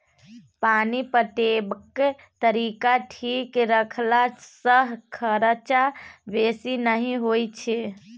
पानि पटेबाक तरीका ठीक रखला सँ खरचा बेसी नहि होई छै